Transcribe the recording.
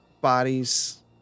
bodies